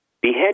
behead